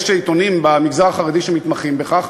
יש עיתונים במגזר החרדי שמתמחים בכך,